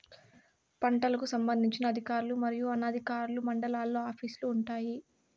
పంటలకు సంబంధించిన అధికారులు మరియు అనధికారులు మండలాల్లో ఆఫీస్ లు వుంటాయి?